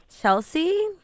Chelsea